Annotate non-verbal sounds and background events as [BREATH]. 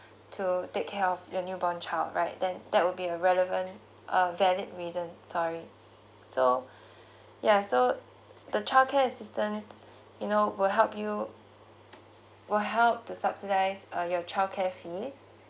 [BREATH] to take care of your newborn child right then that will be a relevant a valid reason sorry so [BREATH] yeah so the childcare assistant you know will help you will help to subsidise uh your childcare fees